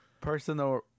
Personal